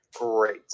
great